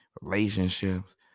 relationships